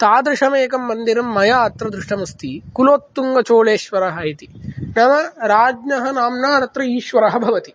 तादृशम् एकं मन्दिरं मया अत्र दृष्टमस्ति कुलोत्तुङ्गचोलेश्वरः इति नाम राज्ञः नाम्ना तत्र ईश्वरः भवति